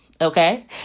Okay